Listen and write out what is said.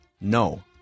No